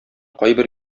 кайбер